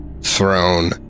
throne